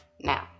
Now